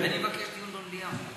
אני מבקש דיון במליאה.